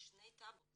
יש שני טאבו.